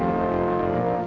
no